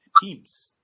teams